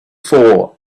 for